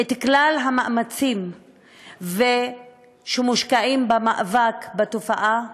את כלל המאמצים שמושקעים במאבק בתופעה,